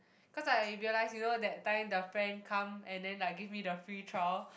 cause I realize you know that time the friend come and then like give me the free trial